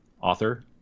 author